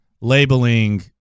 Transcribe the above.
labeling